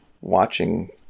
watching